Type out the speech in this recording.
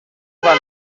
van